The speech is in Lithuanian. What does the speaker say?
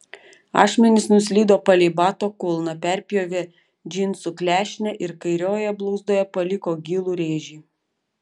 ašmenys nuslydo palei bato kulną perpjovė džinsų klešnę ir kairiojoje blauzdoje paliko gilų rėžį